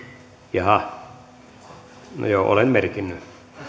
jaha no joo olen merkinnyt